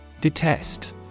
Detest